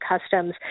customs